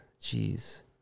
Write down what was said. Jeez